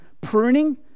Pruning